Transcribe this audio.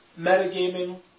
Metagaming